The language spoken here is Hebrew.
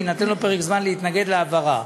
ויינתן לו פרק זמן להתנגד להעברה.